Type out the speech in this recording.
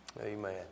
Amen